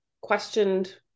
questioned